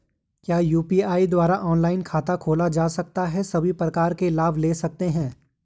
क्या यु.पी.आई द्वारा ऑनलाइन खाता खोला जा सकता है सभी प्रकार के लाभ ले सकते हैं?